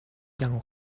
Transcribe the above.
than